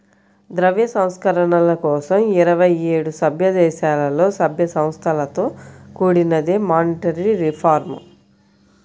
ద్రవ్య సంస్కరణల కోసం ఇరవై ఏడు సభ్యదేశాలలో, సభ్య సంస్థలతో కూడినదే మానిటరీ రిఫార్మ్